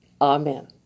Amen